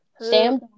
Sam